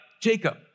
Jacob